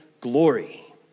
glory